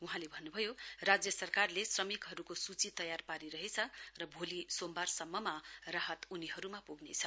वहाँले भन्नुभयो राज्य सरकारले श्रमिकहरुको सूची तयार पारिरहेछ र भोलि सोमवार सम्ममा राहत उनीहरुमा पुग्नेछ